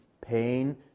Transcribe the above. pain